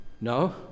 No